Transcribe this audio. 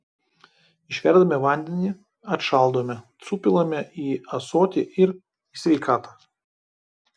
išverdame vandenį atšaldome supilame į ąsotį ir į sveikatą